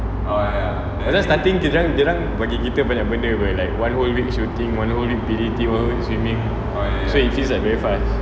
because starting kita orang dorang bagi kita banyak benda [pe] like one whole week shooting one whole week B_T_T one whole week swimming so it feels like very fast